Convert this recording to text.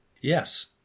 Yes